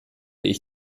ich